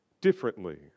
differently